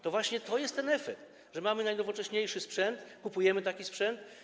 To właśnie jest ten efekt, że mamy najnowocześniejszy sprzęt, kupujemy taki sprzęt.